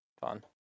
Fun